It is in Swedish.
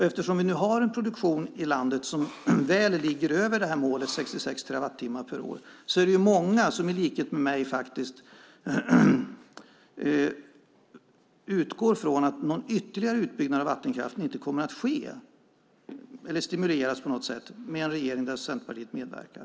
Eftersom vi har en produktion i landet som väl ligger över målet 66 terawattimmar per år är det många som i likhet med mig utgår från att någon ytterligare utbyggnad av vattenkraft inte kommer att ske eller stimuleras av en regering där Centerpartiet medverkar.